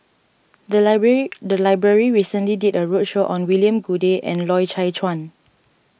the library the library recently did a roadshow on William Goode and Loy Chye Chuan